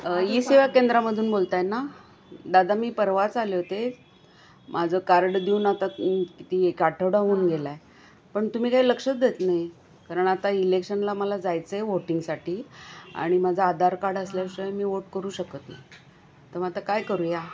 E सेवा केंद्रामधून बोलताय ना दादा मी परवाच आले होते माझं कार्ड देऊन आता किती आठवडा होऊन गेलाय पण तुम्ही काय लक्षात देत नाही कारण आता इलेक्शनला मला जायचंय वोटिंगसाठी आणि माझं आधार कार्ड असल्याशिवाय मी वोट करू शकत नाही आता काय करूया